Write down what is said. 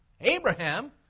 Abraham